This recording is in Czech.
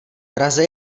praze